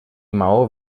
maó